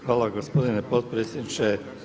Hvala gospodine potpredsjedniče.